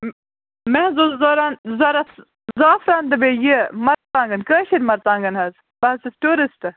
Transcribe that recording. مےٚ حظ اوس ضروٗرت زعفران تہٕ بیٚیہِ یہِ مرژٕوانٛگن کٲشِر مرژٕوانٛگن حظ بہٕ حظ چھَس ٹوٗرِسٹہٕ